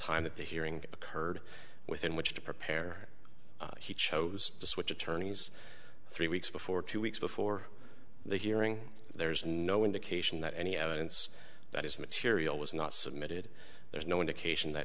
time that the hearing occurred within which to prepare he chose to switch attorneys three weeks before two weeks before the hearing there's no indication that any evidence that is material was not submitted there's no indication that